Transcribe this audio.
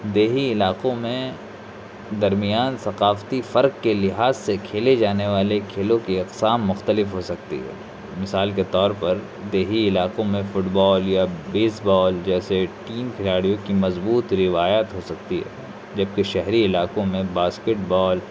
دیہی علاقوں میں درمیان ثقافتی فرق کے لحاظ سے کھیلے جانے والے کھیلوں کے اقسام مختلف ہو سکتی ہے مثال کے طور پر دیہی علاقوں میں فٹ بال یا بیس بال جیسے ٹیم کھلاڑیوں کی مضبوط روایت ہو سکتی ہے جب کہ شہری علاقوں میں باسکیٹ بال